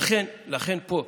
לכן פה,